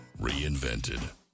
Reinvented